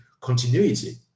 continuity